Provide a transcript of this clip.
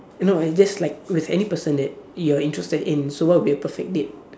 y~ no just like with any person that you are interested in so what will be a perfect date